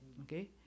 Okay